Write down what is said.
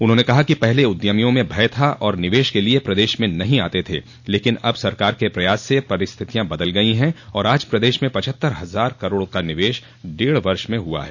उन्होंने कहा कि पहले उद्यमियों में भय था और निवेश के लिए प्रदेश में नहीं आते थे लेकिन अब सरकार के प्रयास से परिस्थितियां बदल गई हैं और आज प्रदेश में पच्हत्तर हजार करोड़ का निवेश डेढ़ वर्ष में हुआ है